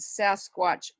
sasquatch